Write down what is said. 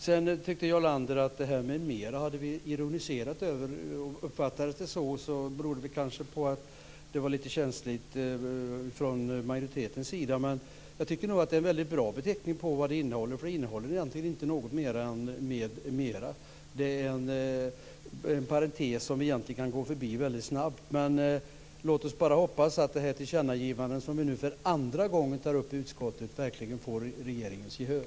Sedan tyckte Jarl Lander att vi hade ironiserat över detta med "med mera". Om det uppfattades så berodde det kanske på att det var lite känsligt för majoriteten. Men jag tycker att det är en väldigt bra beteckning på vad det innehåller, eftersom det inte innehåller något mer än "med mera". Det är en parentes som vi kan gå förbi väldigt snabbt. Men låt oss hoppas att det tillkännagivande som vi nu för andra gången tar upp i utskottet verkligen får regeringens gehör.